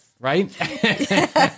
right